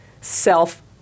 self